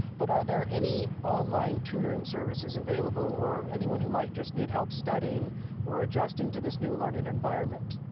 but are there any online tutoring services available or anyone who might just need help studying or adjusting to this new learning environment?